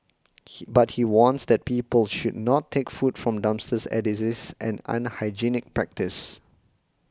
he but he warns that people should not take food from dumpsters as it is an unhygienic practice